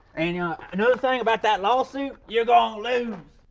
and another thing about that lawsuit, you're gonna loose!